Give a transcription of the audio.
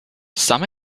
some